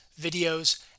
videos